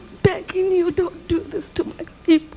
begging you don't do this to my people.